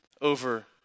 over